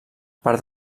per